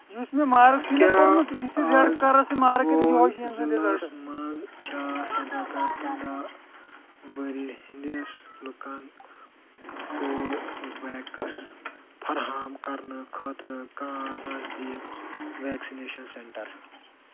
کیٛاہ آز گو ضلعس مَنٛز چھا ژۄدہ پؠٹھ پَنٛداہ ؤری ہٕنٛدس لُکَن کو ویٚکٕس فراہم کرنہٕ خٲطرٕ کانٛہہ نزدیٖک ویکسِنیشن سینٹر